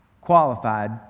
qualified